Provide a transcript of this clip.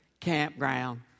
campground